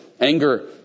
anger